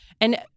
And-